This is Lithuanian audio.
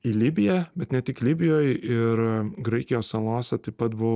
į libiją bet ne tik libijoj ir graikijos salose taip pat buvo